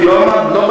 כי לא עמדו